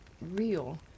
real